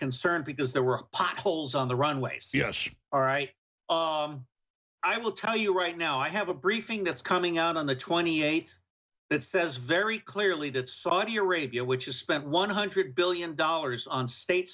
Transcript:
concerned because there were potholes on the runways all right i will tell you right now i have a briefing that's coming out on the twenty eighth that says very clearly that saudi arabia which is spent one hundred billion dollars on state